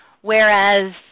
whereas